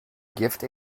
gift